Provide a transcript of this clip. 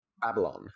Babylon